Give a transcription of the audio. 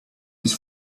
his